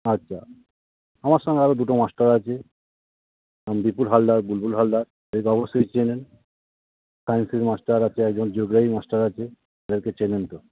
আচ্ছা আমার সঙ্গে আরও দুটো মাস্টার আছে ওই বিপুল হালদার বুলবুল হালদার এদেরকে অবশ্যই চেনেন সায়েন্সের মাস্টার আছে একজন জিওগ্রাফির মাস্টার আছে এদেরকে চেনেন তো